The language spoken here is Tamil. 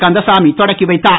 கந்தசாமி தொடக்கி வைத்தார்